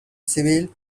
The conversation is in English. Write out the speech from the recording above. civil